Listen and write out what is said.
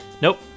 Nope